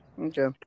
Okay